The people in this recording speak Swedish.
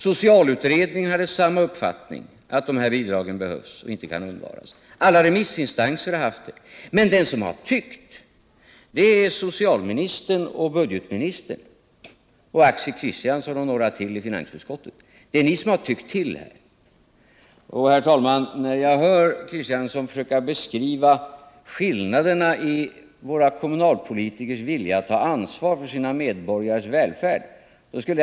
Socialutredningen hade samma uppfattning —-att de här bidragen behövs och inte kan undvaras. Alla remissinstanser har också haft den uppfattningen. Men de som har tyckt är socialministern och budgetministern, Axel Kristiansson och några till i finansutskottet. Det är ni som har tyckt till. Axel — Kristiansson = försökte beskriva skillnaderna i = våra kommunalpolitikers vilja att ta ansvar för sina medborgares välfärd.